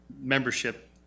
membership